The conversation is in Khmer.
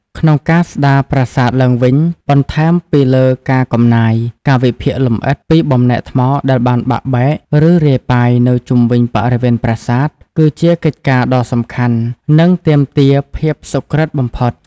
ក្នុងការស្ដារប្រាសាទឡើងវិញ បន្ថែមពីលើការកំណាយ ការវិភាគលម្អិតលើបំណែកថ្មដែលបានបាក់បែក ឬរាយប៉ាយ នៅជុំវិញបរិវេណប្រាសាទ គឺជាកិច្ចការដ៏សំខាន់ និងទាមទារភាពសុក្រិត្យបំផុត។